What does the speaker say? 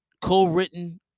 co-written